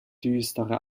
düstere